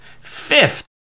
Fifth